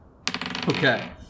Okay